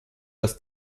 das